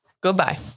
Goodbye